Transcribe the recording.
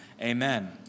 Amen